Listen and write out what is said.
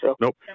Nope